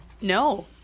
No